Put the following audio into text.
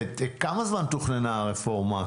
כמה זמן תוכננה הרפורמה הקודמת?